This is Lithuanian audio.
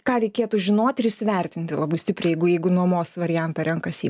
ką reikėtų žinot ir įsivertinti labai stipriai jeigu jeigu nuomos variantą renkasi